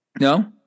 No